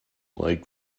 lake